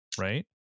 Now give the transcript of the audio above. right